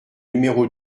numéro